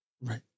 Right